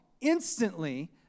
Instantly